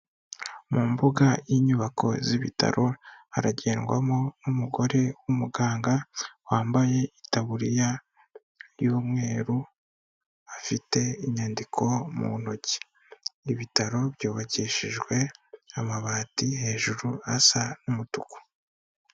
Mu mbuga y'inyubako z'ibitaro haragendwamo n'umugore w'umuganga wambaye itaburiya y'umweru, afite inyandiko mu ntoki. Ibitaro byubakishijwe amabati hejuru asa n'umutuku.